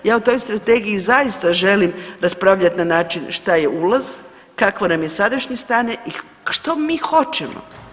Ja o toj strategiji zaista želim raspravljat na način šta je ulaz, kakvo nam je sadašnje stanje i što mi hoćemo.